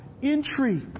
Entry